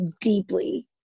deeply